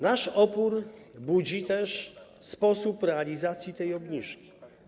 Nasz opór budzi też sposób realizacji obniżki.